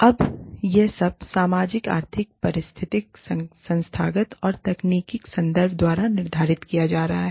अब यह सब सामाजिक आर्थिक पारिस्थितिक संस्थागत और तकनीकी संदर्भ द्वारा निर्धारित किया जा रहा है